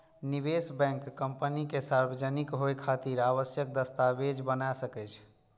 निवेश bank company के सार्वजनिक होइ खातिर आवश्यक दस्तावेज बना सकै छै